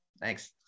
Thanks